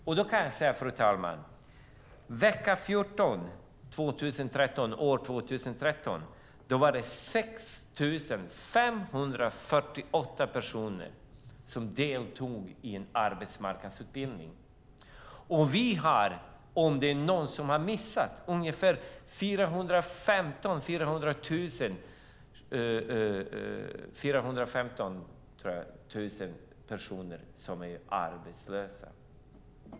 Jag kan säga, fru talman, att vecka 14 i år deltog 6 548 personer i en arbetsmarknadsutbildning. Vi har, om någon har missat det, ungefär 415 000 personer som är arbetslösa.